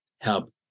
help